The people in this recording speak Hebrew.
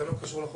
אתה לא קשור לחוק,